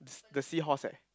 the seahorse eh